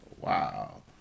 wow